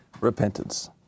Repentance